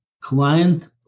client